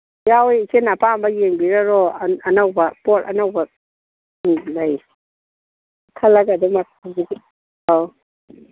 ꯌꯥꯎꯋꯦ ꯏꯆꯦꯅ ꯑꯄꯥꯝꯕ ꯌꯦꯡꯕꯤꯔꯔꯣ ꯑꯅꯧꯕ ꯄꯣꯠ ꯑꯅꯧꯕ ꯎꯝ ꯂꯩ ꯈꯜꯂꯒ ꯑꯧ